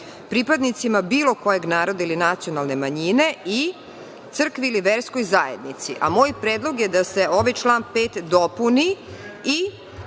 pripadnicima bilo kojeg naroda ili nacionalne manjine i crkvi ili verskoj zajednici. Moj predlog je da se ovaj član 5. dopuni -